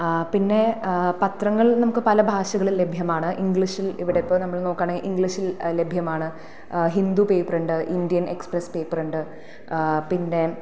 പിന്നെ പത്രങ്ങളിൽ നമുക്ക് പല ഭാഷകളിൽ ലഭ്യമാണ് ഇങ്ക്ളീഷിൽ ഇവിടെ ഇപ്പോൾ നമ്മള് നോക്കുവാണേൽ ഇങ്ക്ളീഷിൽ ലഭ്യമാണ് Hindu paper Indian Express paper ഉണ്ട് പിന്നെ